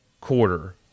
quarter